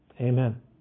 Amen